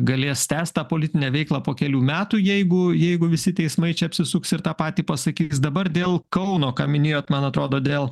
galės tęst tą politinę veiklą po kelių metų jeigu jeigu visi teismai čia apsisuks ir tą patį pasakys dabar dėl kauno ką minėjot man atrodo dėl